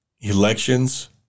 elections